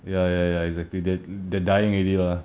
ya ya ya exactly they they dying already lah